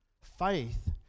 Faith